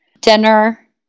dinner